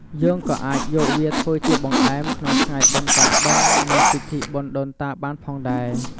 យើងក៏អាចយកវាធ្វើជាបង្អែម ក្នុងថ្ងៃបុណ្យកាន់បិណ្ឌ និងពិធីបុណ្យដូនតាបានផងដែរ។